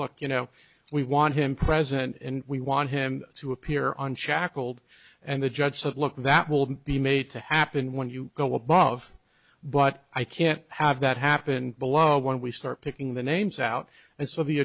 look you know we want him present and we want him to appear on shackled and the judge said look that will be made to happen when you go above but i can't have that happen below when we start picking the names out and so the